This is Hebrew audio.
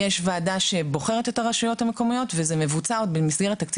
יש וועדה שבוחרת את הרשויות המקומיות וזה מבוצע עוד במסגרת תקציב